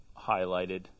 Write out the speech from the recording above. highlighted